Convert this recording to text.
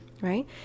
right